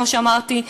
כמו שאמרתי,